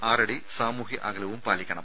ആറടി സാമൂഹ്യ അകലവും പാലിക്കണം